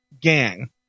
Gang